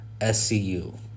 SCU